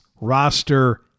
roster